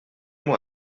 moi